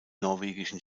norwegischen